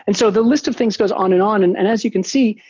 and so the list of things goes on and on. and and as you can see,